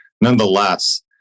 Nonetheless